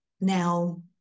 Now